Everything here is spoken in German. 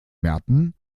merten